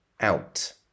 out